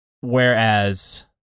Whereas